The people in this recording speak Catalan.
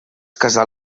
casal